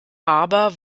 barber